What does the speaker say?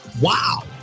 Wow